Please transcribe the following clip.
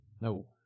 No